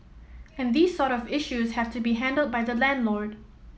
and these sort of issues have to be handled by the landlord